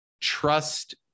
trust